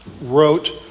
wrote